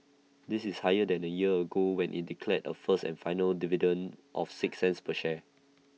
this is higher than A year ago when IT declared A first and final dividend of six cents per share